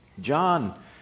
John